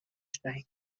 steigt